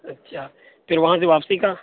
اچھا پھر وہاں سے واپسی کا